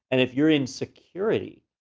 and if you're in security,